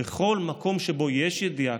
בכל מקום שבו יש ידיעה,